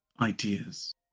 ideas